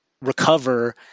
recover